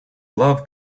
love